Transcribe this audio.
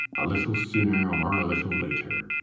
a little sooner or a little later.